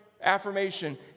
affirmation